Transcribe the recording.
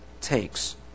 takes